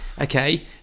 okay